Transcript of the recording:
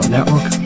Network